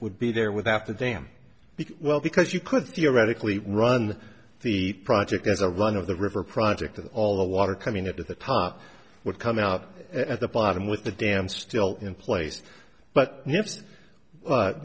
would be there with after the dam the well because you could theoretically run the project as a run of the river project and all the water coming up to the top would come out at the bottom with the dam still in place but